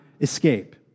escape